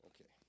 Okay